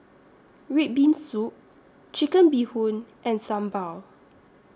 Red Bean Soup Chicken Bee Hoon and Sambal